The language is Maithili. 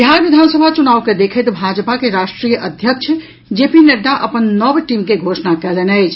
बिहार विधानसभा चुनाव के देखैत भाजपा के राष्ट्रीय अध्यक्ष जे पी नड्डा अपन नव टीम के घोषणा कयलनि अछि